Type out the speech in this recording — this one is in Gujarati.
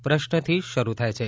પ્રશ્નથી શરૂ થાય છે